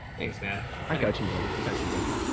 thanks man. i got you, buddy. i got you buddy.